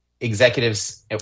executives